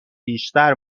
بیشتر